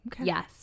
yes